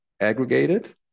aggregated